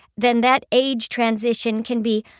then that age transition can be,